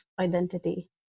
identity